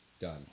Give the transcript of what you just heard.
Done